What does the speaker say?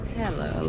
hello